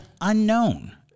unknown